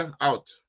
out